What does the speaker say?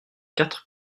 quatre